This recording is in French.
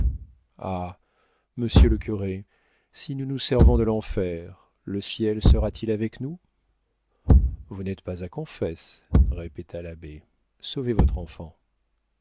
ah monsieur le curé si nous nous servons de l'enfer le ciel sera-t-il avec nous vous n'êtes pas à confesse répéta l'abbé sauvez votre enfant